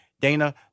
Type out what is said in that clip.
Dana